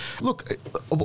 Look